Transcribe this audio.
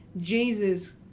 Jesus